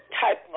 type